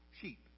sheep